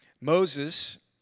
Moses